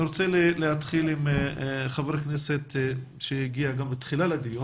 אני רוצה להתחיל עם חבר הכנסת שהגיע תחילה לדיון.